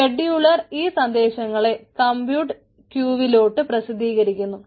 scheduler ഈ സന്ദേശങ്ങളെ compute ക്യൂവിലോട്ട് പ്രസിദ്ധികരിക്കുന്നു